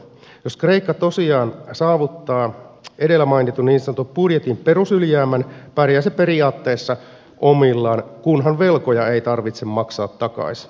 jos kreikka tosiaan saavuttaa edellä mainitun niin sanotun budjetin perusylijäämän pärjää se periaatteessa omillaan kunhan velkoja ei tarvitse maksaa takaisin